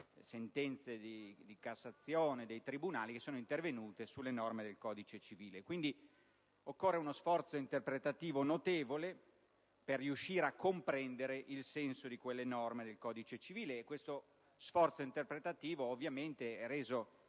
sentenze di Cassazione e dei tribunali intervenute sulle norme del codice civile. Quindi, occorre uno sforzo interpretativo notevole per riuscire a comprendere il senso di quelle norme del codice civile, sforzo interpretativo reso